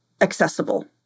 accessible